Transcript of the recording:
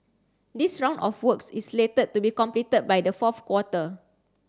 this round of works is slated to be completed by the fourth quarter